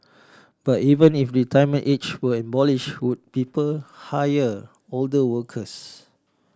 but even if retirement age were abolish would people hire older workers